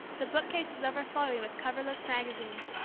the bookcases overflowing with coverless magazines,